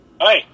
Hi